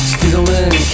Stealing